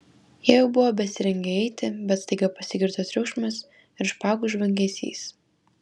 jie jau buvo besirengią eiti bet staiga pasigirdo triukšmas ir špagų žvangesys